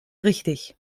richtig